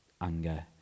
anger